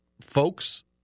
Folks